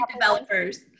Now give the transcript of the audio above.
developers